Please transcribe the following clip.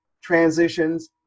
transitions